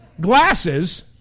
glasses